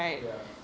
ya